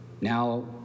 now